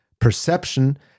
perception